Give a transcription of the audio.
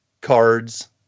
cards